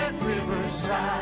Riverside